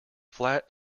flat